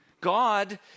God